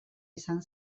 izan